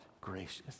gracious